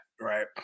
right